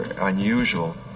unusual